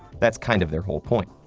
that's kind of their whole point.